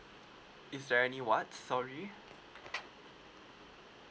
is there any what sorry